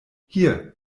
hier